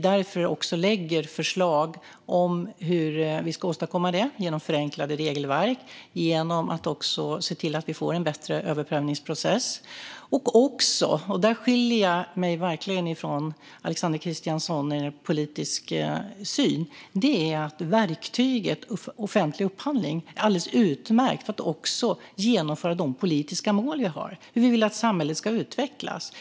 Därför lägger vi fram förslag om hur vi ska åstadkomma detta genom förenklade regelverk, genom att se till att vi får en bättre överprövningsprocess och också - där skiljer jag mig verkligen från Alexander Christiansson i politisk syn - genom offentlig upphandling, som är ett alldeles utmärkt verktyg för att genomföra de politiska mål vi har. Vi vill att samhället ska utvecklas.